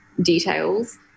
details